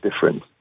different